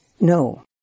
No